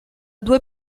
due